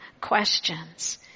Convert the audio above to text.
questions